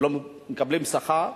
הם לא מקבלים שכר,